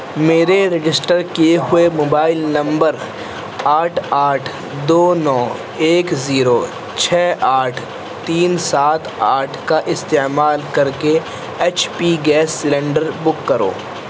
میرے رجسٹر کیے ہوئے موبائل نمبر آٹھ آٹھ دو نو ایک زیرو چھ آٹھ تین سات آٹھ کا استعمال کر کے H P gas cylinder book کرو